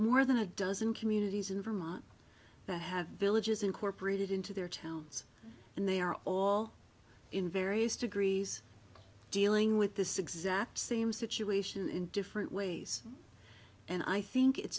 more than a dozen communities in vermont to have villages incorporated into their towns and they are all in various degrees dealing with this exact same situation in different ways and i think it's